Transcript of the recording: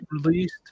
released